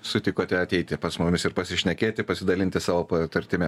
sutikote ateiti pas mumis ir pasišnekėti pasidalinti savo patirtimi